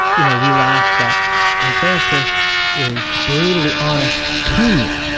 you know, we laugh that my therapist is brutally honest to me,